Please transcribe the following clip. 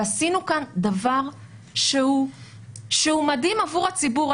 עשינו כאן דבר שהוא מדהים עבור הציבור.